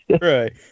Right